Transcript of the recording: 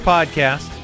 Podcast